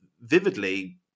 vividly